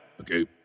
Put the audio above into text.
Okay